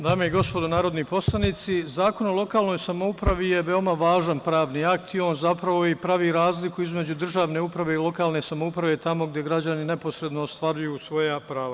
Dame i gospodo narodni poslanici, Zakon o lokalnoj samoupravi je veoma važan pravni akt i on pravi zapravo razliku između državne uprave i lokalne samouprave, tamo gde građani neposredno stvaraju svoja prava.